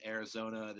Arizona